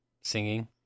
singing